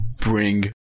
bring